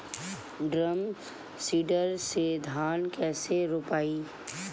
Drum seeder से धान कैसे रोपाई?